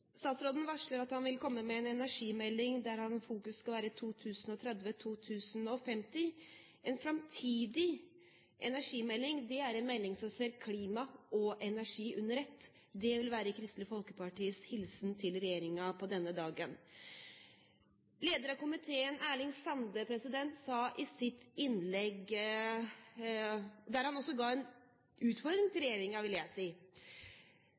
Statsråden varsler at han vil komme med en energimelding, der fokuset skal være 2030–2050. En framtidig energimelding er en melding som ser klima og energi under ett. Det vil være Kristelig Folkepartis hilsen til regjeringen på denne dagen. Leder av komiteen, Erling Sande, ga i sitt innlegg en utfordring til regjeringen, vil